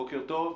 בוקר טוב.